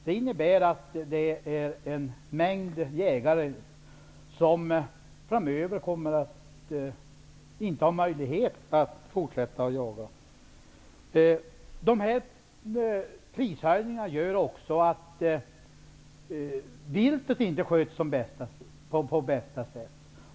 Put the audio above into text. Det innebär att en mängd jägare framöver inte kommer att ha möjlighet att fortsätta att jaga. Prishöjningarna gör också att viltet inte sköts på bästa sätt.